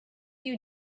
you